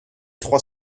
trois